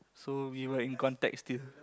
so we were in contact still